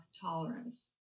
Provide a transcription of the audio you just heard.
tolerance